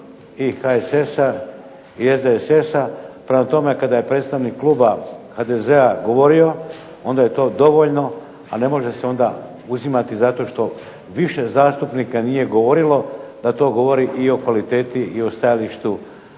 i HSS-a, i SDSS-a. prema tome, kada je predstavnik kluba HDZ-a govorio onda je to dovoljno, a ne može se onda uzimati zato što nije više zastupnika govorilo, da to govori i o kvaliteti i o političkom